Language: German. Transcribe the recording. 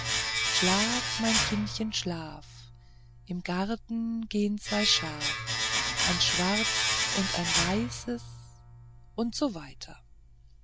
schlaf mein kindchen schlaf im garten gehn zwei schaf ein schwarzes und ein weißes u s